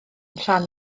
rhan